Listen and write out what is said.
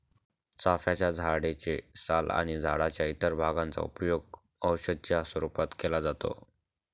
चाफ्याच्या झाडे चे साल आणि झाडाच्या इतर भागांचा उपयोग औषधी च्या रूपात केला जातो